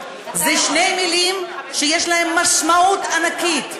אלה שתי מילים שיש להן משמעות ענקית.